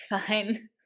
fine